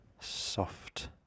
soft